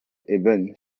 event